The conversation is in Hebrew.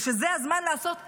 ושזה הזמן לעשות הכול,